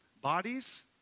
bodies